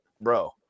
bro